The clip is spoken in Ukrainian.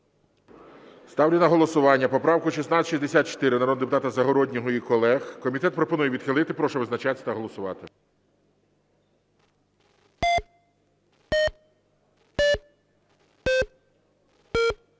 Ставлю на голосування поправку 1664 народного депутата Загороднього і колег. Комітет пропонує відхилити. Прошу визначатися та голосувати.